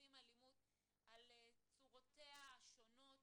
חווים אלימות על צורותיה השונות,